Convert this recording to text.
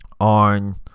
on